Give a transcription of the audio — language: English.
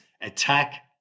attack